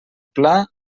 pla